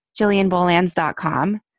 jillianbolands.com